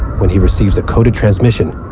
when he receives a coded transmission,